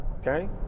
Okay